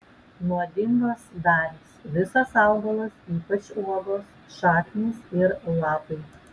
nuodingos dalys visas augalas ypač uogos šaknys ir lapai